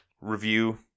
Review